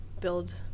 build